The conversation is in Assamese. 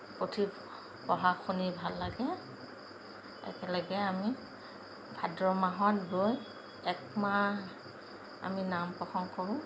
পুথি পঢ়া শুনি ভাল লাগে একেলগে আমি ভাদ মাহত গৈ এমাহ আমি নাম প্ৰসংগ কৰোঁ